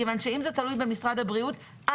אם זה תלוי במשרד הבריאות,